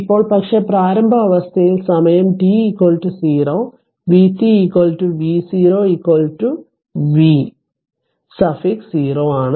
ഇപ്പോൾ പക്ഷേ പ്രാരംഭ അവസ്ഥയിൽ സമയം t 0 vt v0 V suffix 0 ആണ്